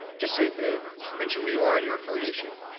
just mention who you are and your affiliation.